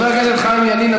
חבר הכנסת חיים ילין,